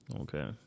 Okay